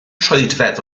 troedfedd